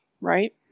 right